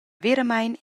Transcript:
veramein